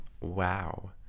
Wow